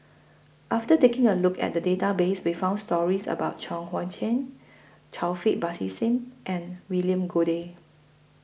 after taking A Look At Database We found stories about Chuang Hui Tsuan Taufik Batisah and William Goode